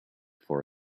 for